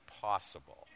possible